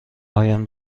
هایم